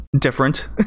different